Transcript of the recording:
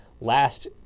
Last